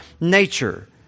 nature